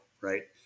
Right